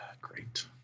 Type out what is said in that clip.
Great